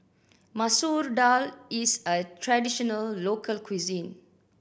Masoor Dal is a traditional local cuisine